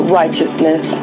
righteousness